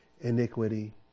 iniquity